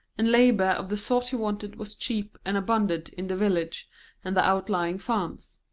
and labour of the sort he wanted was cheap and abundant in the village and the outlying farms.